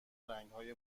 رنگهای